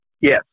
Yes